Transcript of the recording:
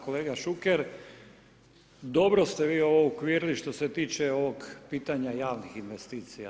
Kolega Šuker, dobro ste vi ovo uokvirili što se tiče ovog pitanja javnih investicija.